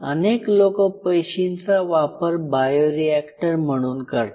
अनेक लोक पेशींचा वापर बायोरिएक्टर म्हणून करतात